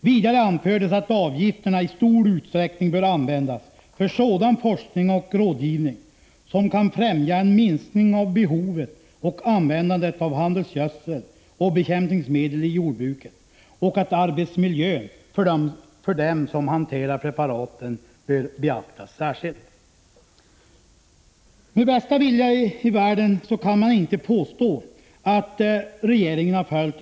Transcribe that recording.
Vidare anfördes att avgifterna i stor utsträckning bör användas för sådan forskning och rådgivning som kan främja en minskning av behovet och användandet av handelsgödsel och bekämpningsmedel i jordbruket och att arbetsmiljön för dem som hanterar preparaten bör beaktas särskilt. Med bästa vilja i världen kan man inte påstå att regeringen har följt Prot.